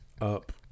up